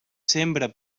sembra